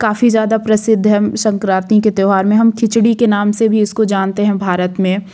काफ़ी ज़्यादा प्रसिद्ध है संक्रांति के त्योहार में हम खिचड़ी के नाम से भी इसको जानते हैं भारत में